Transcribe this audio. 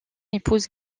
épouse